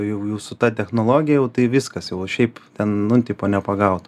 jau jau su ta technologija jau tai viskas jau šiaip ten nu tipo nepagaut